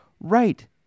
Right